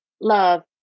love